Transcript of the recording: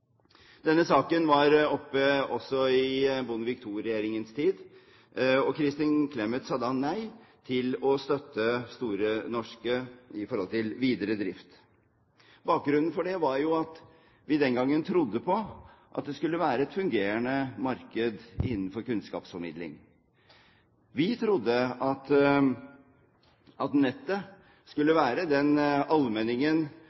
Denne saken var også oppe i Bondevik II-regjeringens tid, og Kristin Clemet sa da nei til å støtte Store norske i forhold til videre drift. Bakgrunnen for det var at vi den gangen trodde det ville være et fungerende marked innenfor kunnskapsformidling. Vi trodde at nettet